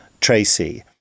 Tracy